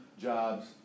jobs